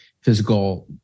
physical